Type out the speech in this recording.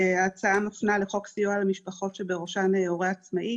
ההצעה מפנה לחוק סיוע למשפחות שבראשן הורה עצמאי